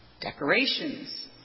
decorations